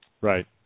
Right